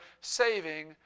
saving